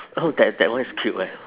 oh that that one is cute eh